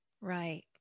Right